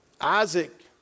Isaac